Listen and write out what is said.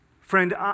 Friend